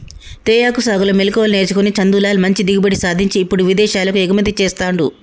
తేయాకు సాగులో మెళుకువలు నేర్చుకొని చందులాల్ మంచి దిగుబడి సాధించి ఇప్పుడు విదేశాలకు ఎగుమతి చెస్తాండు